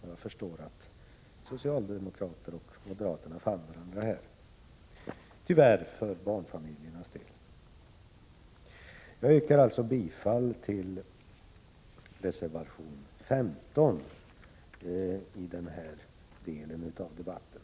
Jag förstår att socialdemokraterna och moderaterna fann varandra här — tyvärr, måste man säga, med tanke på barnfamiljerna. Jag yrkar bifall till reservation 15.